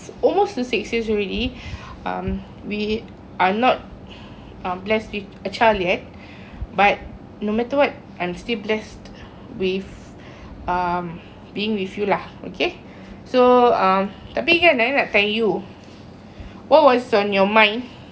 it's almost six years already um we are not uh blessed with a child yet but no matter what I'm still blessed with uh being with you lah okay so um tapi kan I nak tanya you what was on your mind